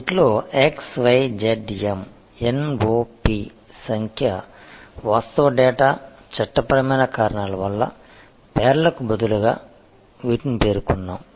వీటిలో X Y Z M N O P సంఖ్య వాస్తవ డేటా చట్టపరమైన కారణాల వల్ల పేర్లకు బదులుగా వీటిని పేర్కొన్నాము